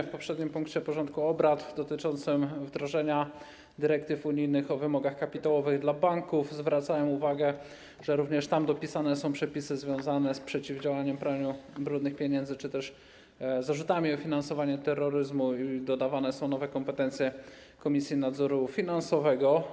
W poprzednim punkcie porządku obrad dotyczącym wdrożenia dyrektyw unijnych o wymogach kapitałowych dla banków zwracałem uwagę, że również tam dopisane są przepisy związane z przeciwdziałaniem praniu brudnych pieniędzy czy też zarzutami o finansowanie terroryzmu i dodawane są nowe kompetencje Komisji Nadzoru Finansowego.